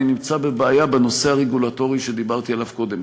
אני נמצא בבעיה בנושא הרגולטורי שדיברתי עליו קודם,